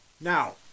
Now